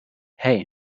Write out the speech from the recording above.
hey